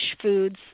foods